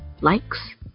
likes